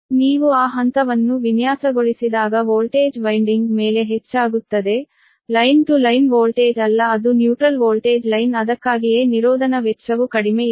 ನೀವು ಆ ಹಂತವನ್ನು ವಿನ್ಯಾಸಗೊಳಿಸಿದಾಗ ವೋಲ್ಟೇಜ್ ವೈನ್ಡಿಂಗ್ ಮೇಲೆ ಹೆಚ್ಚಾಗುತ್ತದೆ ಲೈನ್ ಟು ಲೈನ್ ವೋಲ್ಟೇಜ್ ಅಲ್ಲ ಅದು ನ್ಯೂಟ್ರಲ್ ವೋಲ್ಟೇಜ್ ಲೈನ್ ಅದಕ್ಕಾಗಿಯೇ ನಿರೋಧನ ವೆಚ್ಚವು ಕಡಿಮೆ ಇರುತ್ತದೆ